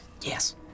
Yes